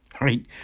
right